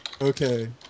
Okay